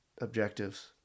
objectives